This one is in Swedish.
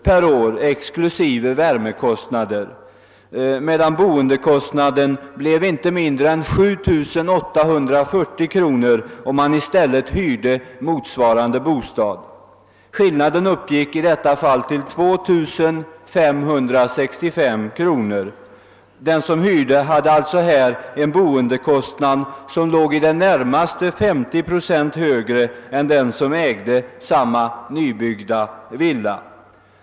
per år exklusive värmekostnader, medan boendekostnaden blev inte mindre än 7 840 kr. om, man i stället hyrde motsvarande bostad. Skillnaden uppgick alltså i detta fall till 2565 kr. Boendekostnaderna för den som hyrde var alltså i det närmaste 50 procent högre än för den som ägde samma nybyggda villa.